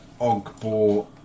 Ogbo